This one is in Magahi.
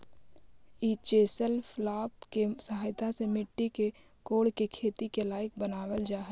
ई चेसल प्लॉफ् के सहायता से मट्टी के कोड़के खेती के लायक बनावल जा हई